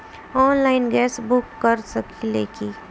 Online gas book कर सकिले की?